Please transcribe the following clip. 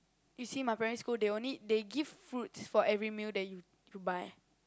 you see my primary school they only they give fruits for every meal that you you buy